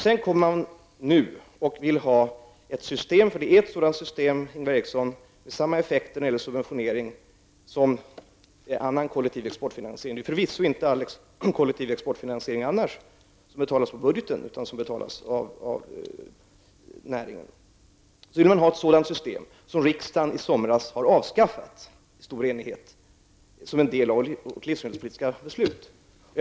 Sedan kommer man och vill ha ett system för exportfinansiering, ett system, Ingvar Eriksson, med samma effekter som subventionering. Förvisso betalas inte all annan kollektiv exportfinansiering via budgeten, utan den betalas av näringen. Nu vill man ha ett sådant system som riksdagen under stor enighet har avskaffat i somras som en del av det livsmedelspolitiska beslutet.